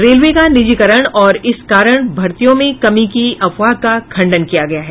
railway का निजीकरण और इस कारण भर्तियों में कमी की अफवाह का खंडन किया गया है